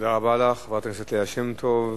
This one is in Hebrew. רבה לך, חברת כנסת ליה שמטוב.